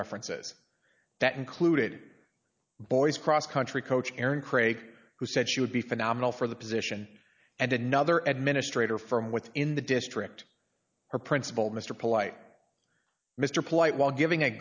references that included boys cross country coach erin craig who said she would be phenomenal for the position and another administrators from within the district her principal mr polite mr polite while giving a